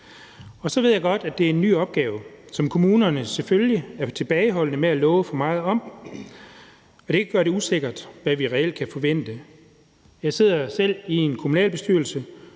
Så ved jeg godt, at det er en ny opgave, som kommunerne selvfølgelig er tilbageholdende med at love for meget om, og det gør det usikkert, hvad vi reelt kan forvente. Jeg sidder selv i en kommunalbestyrelse